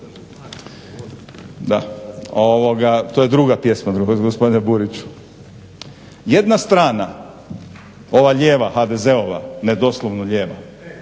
Da to je druga pjesma gospodine Buriću. Jedna strana, ova lijeva HDZ-a, ne doslovno lijeva,